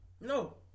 No